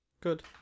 Good